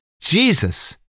Jesus